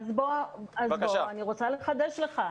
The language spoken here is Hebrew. אז אני רוצה לחדש לך.